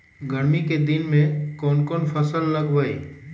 गर्मी के दिन में कौन कौन फसल लगबई?